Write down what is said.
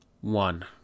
one